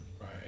Right